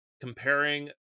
comparing